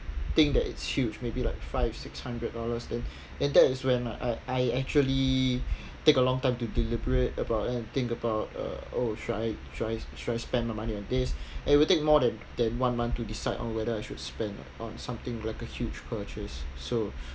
think that it's huge maybe like five six hundred dollars in and that is when I I I actually take a long time to deliberate about and think about uh oh should I should I should I spend my money on this and it will take more than than one month to decide on whether I should spend on something like a huge purchase so